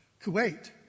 Kuwait